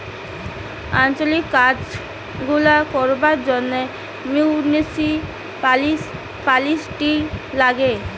আঞ্চলিক কাজ গুলা করবার জন্যে মিউনিসিপালিটি লাগে